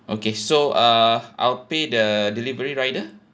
okay so uh I'll pay the delivery rider